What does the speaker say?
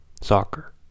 soccer